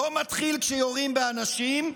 לא מתחיל כשיורים באנשים,